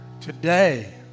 Today